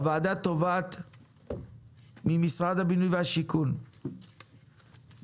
הוועדה תובעת ממשרד הבינוי והשיכון להמשיך